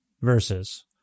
verses